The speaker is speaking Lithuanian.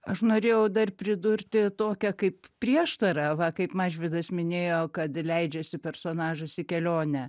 aš norėjau dar pridurti tokią kaip prieštarą va kaip mažvydas minėjo kad leidžiasi personažas į kelionę